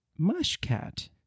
Mushcat